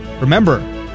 remember